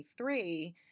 2023